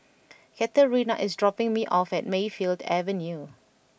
Katerina is dropping me off at Mayfield Avenue